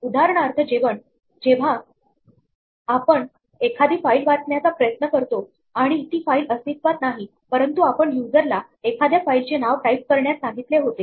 उदाहरणार्थ जेव्हा आपण एखादी फाईल वाचण्याचा प्रयत्न करतो आणि ती फाईल अस्तित्वात नाही परंतु आपण युजरला एखाद्या फाईलचे नाव टाईप करण्यास सांगितले होते